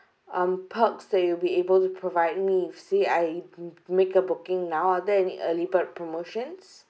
um perks that you'll be able to provide me see I make a booking now are there any early bird promotions